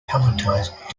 palletized